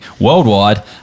worldwide